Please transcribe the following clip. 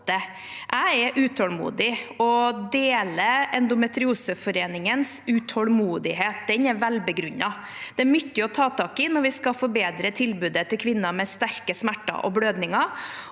Jeg er utålmodig og deler Endometrioseforeningens utålmodighet. Den er velbegrunnet. Det er mye å ta tak i når vi skal forbedre tilbudet til kvinner med sterke smerter og blødninger,